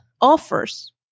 offers